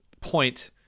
point